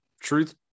truth